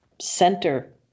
center